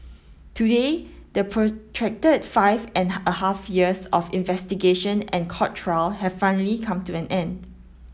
today the protracted five and a half years of investigation and court trial have finally come to an end